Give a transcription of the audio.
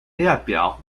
列表